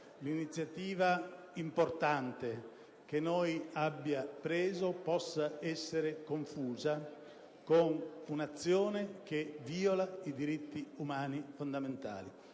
l'iniziativa importante che noi abbiamo deliberato possa essere confusa con un'azione che viola i diritti umani fondamentali.